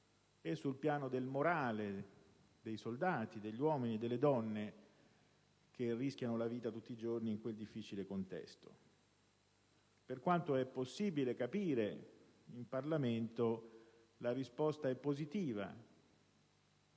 mezzi e del morale dei soldati, degli uomini e delle donne che rischiano la vita tutti i giorni in quel difficile contesto. Per quanto è possibile capire in Parlamento, la risposta è positiva: